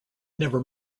never